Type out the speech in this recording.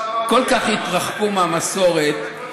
כל כך התרחקו מהמסורת,